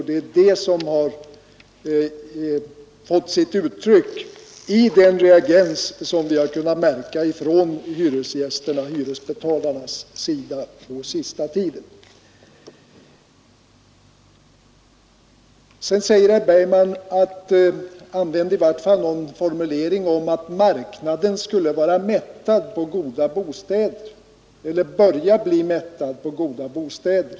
Det är det som har fått sitt uttryck i den reaktion som vi har kunnat märka från s, från hyresbetalarnas sida på senaste tiden. ände herr Bergman någon formulering om att marknaden hyresgästern Sedan anv skulle börja bli mättad på goda bostäder.